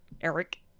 Eric